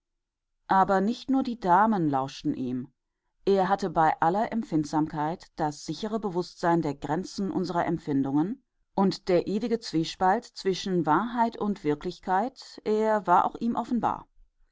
aber nicht nur die damen lauschten ihm er hatte bei aller empfindlichkeit das sichere bewußtsein der grenzen unserer empfindungen und der ewige zwiespalt zwischen wahrheit und wirklichkeit er war auch ihm offenbar